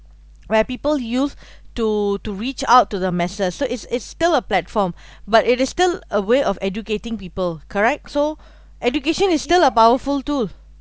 where people used to to reach out to the masses so it's it's still a platform but it is still a way of educating people correct so education is still a powerful tool